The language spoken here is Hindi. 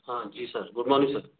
हाँ जी सर गुड मॉर्निंग सर